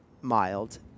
mild